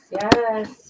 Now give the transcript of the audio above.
yes